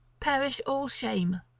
perish all shame,